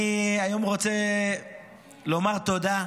אני היום רוצה לומר תודה.